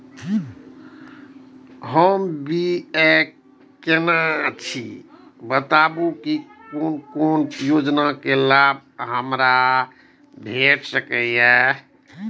हम बी.ए केनै छी बताबु की कोन कोन योजना के लाभ हमरा भेट सकै ये?